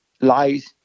lies